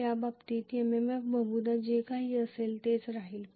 पहिल्या बाबतीत MMF बहुधा जे काही असेल तेच राहिले